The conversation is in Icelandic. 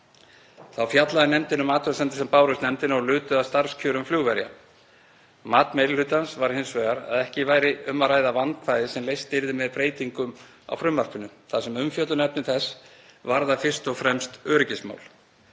Þá fjallaði nefndin um athugasemdir sem bárust og lutu að starfskjörum flugverja. Mat meiri hlutans var hins vegar að ekki væri um að ræða vandkvæði sem leyst yrðu með breytingum á frumvarpinu þar sem umfjöllun um efni þess varðar fyrst og fremst öryggismál.